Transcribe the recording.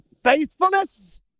Faithfulness